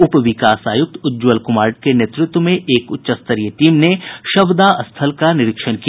उप विकास आयुक्त उज्ज्वल कुमार के नेतृत्व में एक उच्चस्तरीय टीम ने शवदाह स्थल का निरीक्षण किया